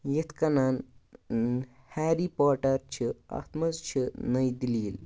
یِتھٕ کَنۍ Harry Potter چھِ اَتھ منٛز چھِ نٔے دٔلیٖل